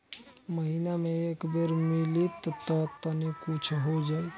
महीना मे एक बेर मिलीत त तनि कुछ हो जाइत